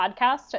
podcast